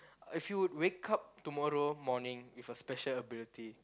if you wake up tomorrow morning with a special ability